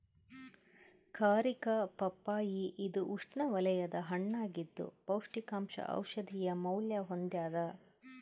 ಕಾರಿಕಾ ಪಪ್ಪಾಯಿ ಇದು ಉಷ್ಣವಲಯದ ಹಣ್ಣಾಗಿದ್ದು ಪೌಷ್ಟಿಕಾಂಶ ಔಷಧೀಯ ಮೌಲ್ಯ ಹೊಂದ್ಯಾದ